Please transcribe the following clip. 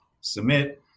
submit